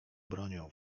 bronią